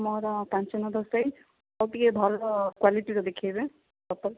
ମୋର ପାଞ୍ଚ number size ଆଉ ଟିକେ ଭଲ କ୍ବାଲିଟିର ଦେଖେଇବେ ଚପଲ